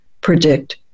predict